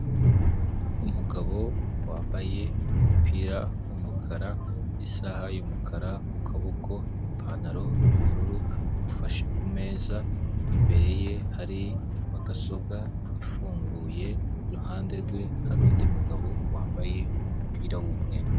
Umugabo wambaye umupira w'umukara, isaha y'umukara ku kaboko, ipantaro y'ubururu, ufashe ku meza, imbere ye hari mudasobwa ifunguye, iruhande rwe hari undi mugabo wambaye umupira w'umweru.